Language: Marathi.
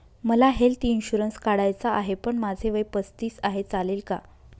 मला हेल्थ इन्शुरन्स काढायचा आहे पण माझे वय पस्तीस आहे, चालेल का?